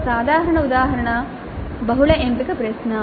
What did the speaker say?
ఒక సాధారణ ఉదాహరణ బహుళ ఎంపిక ప్రశ్న